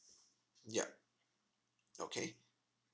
yup okay